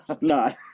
No